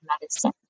medicine